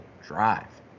drive